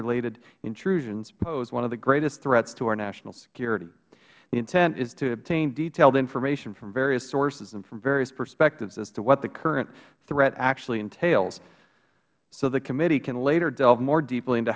related intrusions pose one of the greatest threats to our national security the intent is to obtain detailed information from various sources and from various perspectives as to what the current threat actually entails so the committee can later delve more deeply into